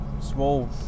small